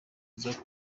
nziza